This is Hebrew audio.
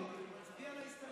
לא, אני מצביע על ההסתייגויות.